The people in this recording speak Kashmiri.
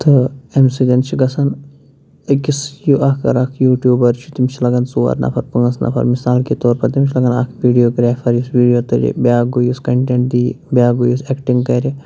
تہٕ اَمہِ سۭتۍ چھِ گژھان أکِس یہِ اَگر اَکھ یوٗتیوٗبَر چھِ تٔمِس چھِ لَگان ژور نفر پانٛژھ نفر مِثال کے طور پر تٔمِس چھِ لَگان ویٖڈیوگرٛافَر یُس ویٖڈیو تُلہِ بیٛاکھ گوٚو یُس کَنٹٮ۪نٛٹ دِیہِ بیٛاکھ گوٚو یُس اٮ۪کٹِنٛگ کَرِ